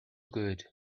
good